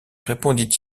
répondit